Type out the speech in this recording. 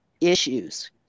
issues